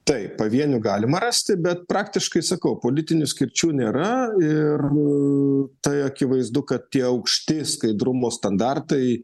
taip pavienių galima rasti bet praktiškai sakau politinių skirčių nėra ir tai akivaizdu kad tie aukšti skaidrumo standartai